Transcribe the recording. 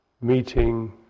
meeting